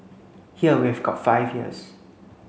here we've got five years